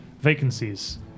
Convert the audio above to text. vacancies